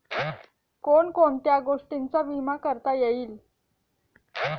कोण कोणत्या गोष्टींचा विमा करता येईल?